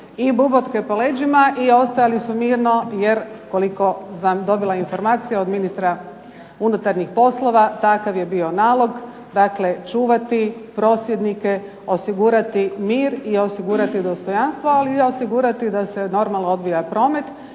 i bubotke po leđima i ostajali su mirno jer koliko znam, dobila informacije od ministra unutarnjih poslova, takav je bio nalog, dakle čuvati prosvjednike, osigurati mir i osigurati dostojanstvo, ali i osigurati da se normalno odvija promet